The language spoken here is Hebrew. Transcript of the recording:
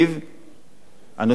הנושא של ביטחון תזונתי,